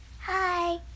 Hi